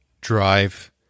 drive